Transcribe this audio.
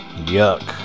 yuck